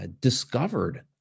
discovered